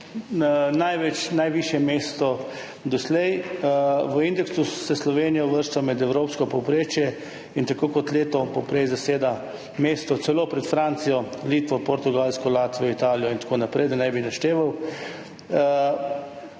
bistvu najvišje mesto doslej. V indeksu se Slovenija uvršča med evropsko povprečje in tako kot leto poprej zaseda mesto celo pred Francijo, Litvo, Portugalsko, Latvijo, Italijo in tako naprej, da ne bi našteval.